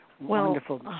Wonderful